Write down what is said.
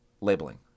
labeling